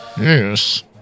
Yes